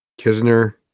Kisner